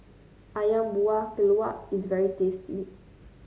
ayam Buah Keluak is very tasty